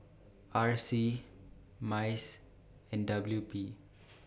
R C Mice and W P